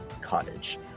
Cottage